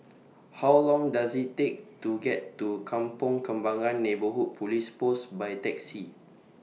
How Long Does IT Take to get to Kampong Kembangan Neighbourhood Police Post By Taxi